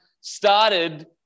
started